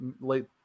late